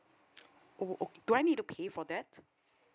oh do I need to pay for that